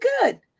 good